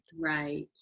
Right